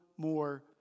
more